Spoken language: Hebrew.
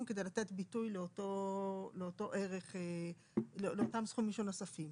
כדי לתת ביטוי לאותם סכומים שנוספים.